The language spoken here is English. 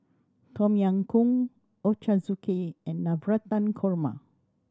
Tom Yam Goong Ochazuke and Navratan Korma